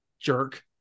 jerk